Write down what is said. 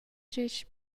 detg